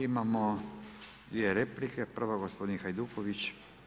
Imamo dvije replike, prvo gospodin Hajduković.